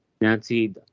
Nancy